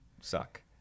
suck